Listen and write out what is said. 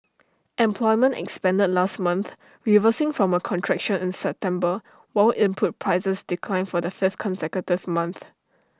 employment expanded last month reversing from A contraction in September while input prices declined for the fifth consecutive month